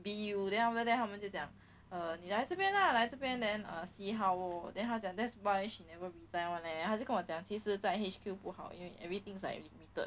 B_U then after then 他们就讲 err 你来这边 lah 来这边 then uh see how lor then 她讲 that's why she never resign [one] leh 她就跟我讲其实在不好因为 everything's like limited